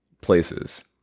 places